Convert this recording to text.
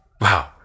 Wow